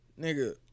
nigga